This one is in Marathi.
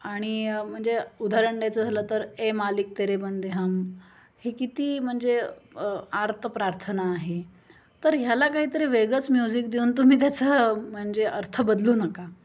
आणि म्हणजे उदाहरण द्यायचं झालं तर ये मालिक तेरे बंदे हम हे किती म्हणजे आर्त प्रार्थना आहे तर ह्याला काहीतरी वेगळंच म्युझिक देऊन तुम्ही त्याचं म्हणजे अर्थ बदलू नका